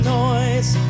noise